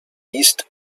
east